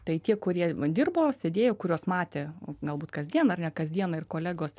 tai tie kurie dirbo sėdėjo kuriuos matė galbūt kasdien ar ne kasdien ir kolegos